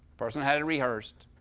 person had it rehearsed.